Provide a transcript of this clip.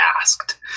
asked